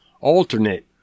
Alternate